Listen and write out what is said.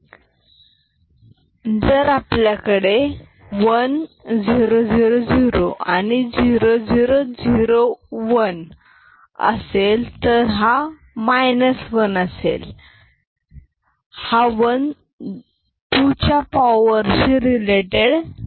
0000 0001 1 1000 0001 1 जर आपल्याकडे 1 0 0 0 आणि 0 0 0 1 असेल तर हा 1 असेल त्यामुळे हा वन दोनच्या पावर शी संबंधित नाही